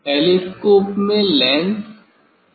telescope में lens यहाँ है